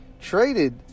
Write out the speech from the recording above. traded